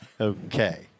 okay